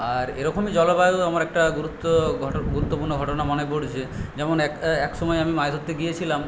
আর এরকমই জলবায়ু আমার একটা গুরুত্ব গুরুত্বপূর্ণ ঘটনা মনে পড়ছে যেমন একটা একসময় আমি মাছ ধরতে গিয়েছিলাম